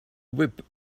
whip